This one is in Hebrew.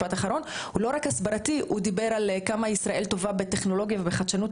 הוא דיבר על כמה ישראל טובה בטכנולוגיה ובחדשות,